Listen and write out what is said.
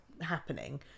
happening